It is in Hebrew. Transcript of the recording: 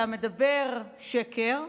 אתה מדבר שקר,